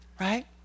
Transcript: right